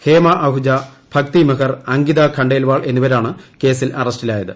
്ഷേമ അഹുജ ഭക്തി മെഹർ അങ്കിത ഖണ്ടേൽവാൾ എന്നിവരാണ് കേസിൽ അറസ്റ്റിലായത്